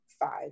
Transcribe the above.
five